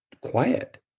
quiet